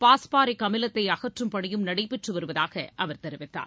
phosphoric அமிலத்தை அகற்றும் பணியும் நடைபெற்றுவருவதாக அவர் தெரிவித்தார்